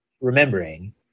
remembering